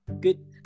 good